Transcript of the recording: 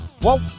Whoa